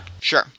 Sure